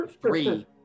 three